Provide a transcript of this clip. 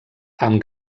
amb